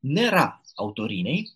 nėra autoriniai